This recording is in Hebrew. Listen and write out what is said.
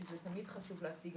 שזה תמיד חשוב להציג,